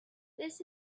this